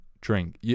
drink